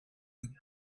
with